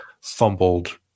fumbled